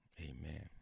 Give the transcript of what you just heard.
Amen